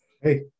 Hey